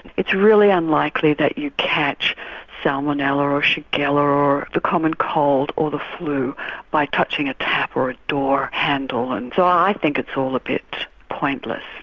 it's really unlikely that you catch salmonella, or shigella or the common cold, or the flu by touching a tap or a door handle. and so i think it's all a bit pointless.